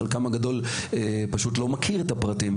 חלקם הגדול לדעתי פשוט לא מכיר את הפרטים,